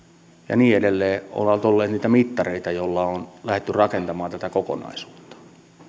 niin edelleen ovat olleet niitä mittareita joilla on lähdetty rakentamaan tätä kokonaisuutta